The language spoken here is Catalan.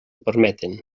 permeten